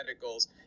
goals